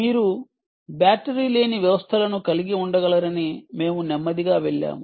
మీరు బ్యాటరీ తక్కువ వ్యవస్థలను కలిగి ఉండగలరని మేము నెమ్మదిగా వెళ్ళాము